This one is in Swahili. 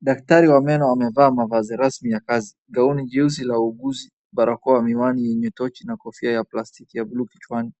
Daktari wa Meno anavaa mavazi rasmi ya kazi, gauni jeusi la wauguzi ,barakoa, miwani yenye tochi na kofia ya plastiki ya buluu kichwani,